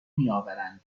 میآورند